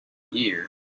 year